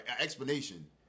Explanation